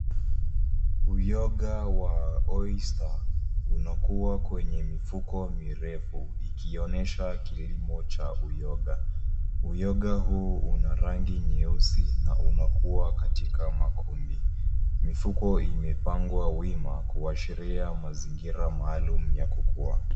Uyoga wa oyster , unakuwa kwenye mifuko mirefu, ikionyesha kilimo cha uyoga. Uyoga huu una rangi nyeusi na unakuwa katika makundi. Mifuko imepangwa wima, kuashiria mazingira maalum ya kukua.